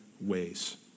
ways